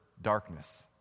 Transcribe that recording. darkness